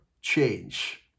change